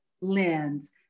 lens